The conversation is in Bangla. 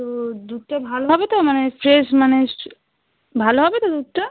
তো দুধটা ভালো হবে তো মানে ফ্রেশ মানে স ভালো হবে তো দুধটা